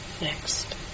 next